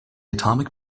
atomic